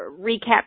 recap